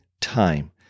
time